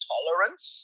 Tolerance